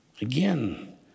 Again